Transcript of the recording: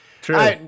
True